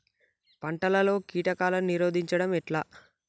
పంటలలో కీటకాలను నిరోధించడం ఎట్లా?